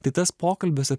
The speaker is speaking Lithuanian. tai tas pokalbis